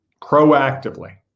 proactively